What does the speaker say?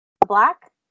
Black